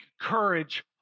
courage